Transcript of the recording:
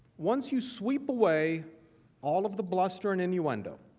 once you sweep away all of the bluster and innuendo,